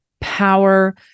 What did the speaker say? power